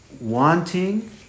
Wanting